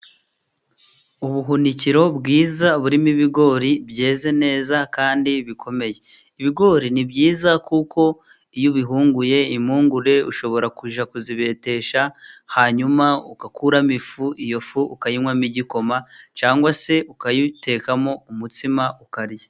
Ubuhunikiro bwiza burimo ibigori byeze neza kandi bikomeye. Ibigori ni byiza kuko iyo ubihunguye impungure, ushobora kuzibetesha hanyuma ugakuramo ifu, iyo fu ukayinywamo igikoma cyangwa se ukayitekamo umutsima ukarya.